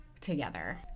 together